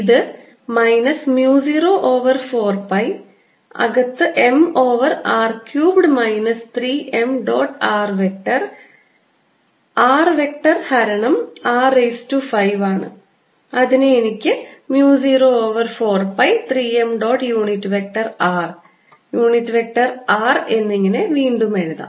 ഇത് minus mu 0 over 4 pi അകത്ത് m over r cubed minus 3 m dot r vector r vector ഹരണം r raise to 5 ആണ് അതിനെ എനിക്ക് mu 0 over 4 pi 3 m dot unit vector r unit vector r എന്നിങ്ങനെ വീണ്ടും എഴുതാം